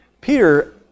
Peter